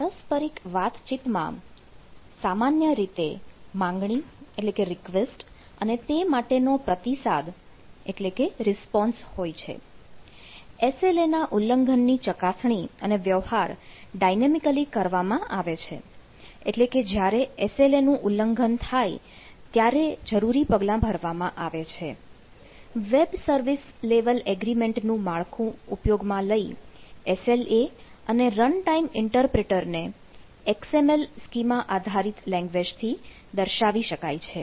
પારસ્પરિક વાતચીતમાં સામાન્ય રીતે રિક્વેસ્ટ ને XML schema આધારિત લેંગ્વેજ થી દર્શાવી શકાય છે